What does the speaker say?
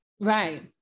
right